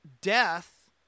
death